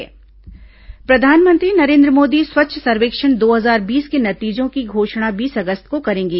प्रधानमंत्री स्वच्छता सर्वेक्षण प्रधानमंत्री नरेन्द्र मोदी स्वच्छ सर्वेक्षण दो हजार बीस के नतीजों की घोषणा बीस अगस्त को करेंगे